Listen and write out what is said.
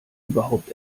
überhaupt